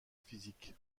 physique